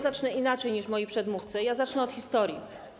Zacznę inaczej niż moi przedmówcy, zacznę od historii.